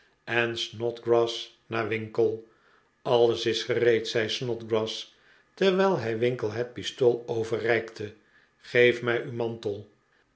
en snodgrass naar winkle alles is gereed zei snodgrass terwijl hij winkle het pistool overreikte geef mij uw mantel